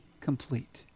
complete